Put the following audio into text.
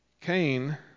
Cain